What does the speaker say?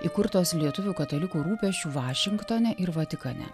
įkurtos lietuvių katalikų rūpesčiu vašingtone ir vatikane